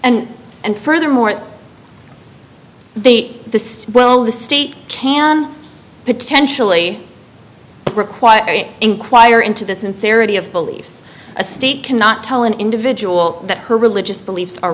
and and furthermore they will the state can potentially require enquire into the sincerity of beliefs a state cannot tell an individual that her religious beliefs are